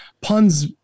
puns